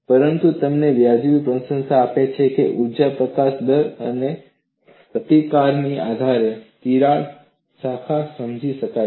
પરંતુ તમને વ્યાજબી પ્રશંસા આપે છે કે ઊર્જા પ્રકાશન દર અને પ્રતિકારના આધારે તિરાડ શાખા સમજાવી શકાય છે